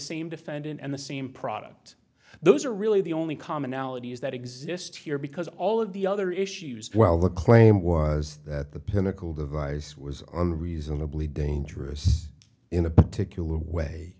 same defendant and the same product those are really the only commonalities that exist here because all of the other issues well the claim was that the pinnacle device was under reasonably dangerous in a particular way